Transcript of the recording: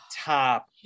top